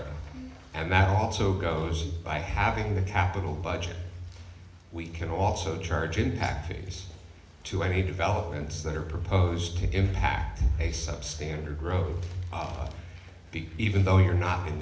and that also goes by having the capital budget we can also charge in activities to any developments that are proposed to impact a substandard road he even though you're not in